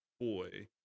boy